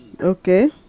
Okay